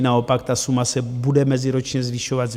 Naopak ta suma se bude meziročně zvyšovat.